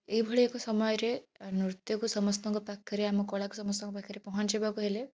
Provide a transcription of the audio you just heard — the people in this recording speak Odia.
ଏଇଭଳି ଏକ ସମୟରେ ନୃତ୍ୟକୁ ସମସ୍ତଙ୍କ ପାଖରେ ଆମ କଳାକୁ ସମସ୍ତଙ୍କ ପାଖରେ ପହଞ୍ଚାଇବାକୁ ହେଲେ